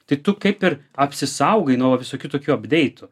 tai tu kaip ir apsisaugai nuo va visokių tokių apdeitų